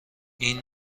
این